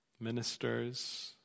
ministers